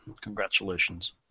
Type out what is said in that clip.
Congratulations